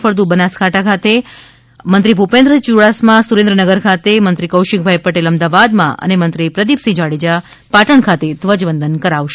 ફળદું બનાસકાંઠા ખાતે મંત્રી ભૂપેન્દ્રસિંહ યુડાસમા સુરેન્દ્રનગર ખાતે મંત્રી કૌશિકભાઇ પટેલ અમદાવાદમાં મંત્રી પ્રદિપસિંહ જાડેજા પાટણ ખાતે ધ્વજવંદન કરાવશે